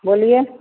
बोलिए